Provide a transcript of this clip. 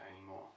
anymore